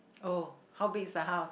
oh how big is the house